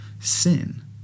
sin